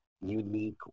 unique